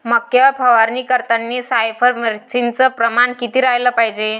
मक्यावर फवारनी करतांनी सायफर मेथ्रीनचं प्रमान किती रायलं पायजे?